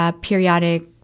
periodic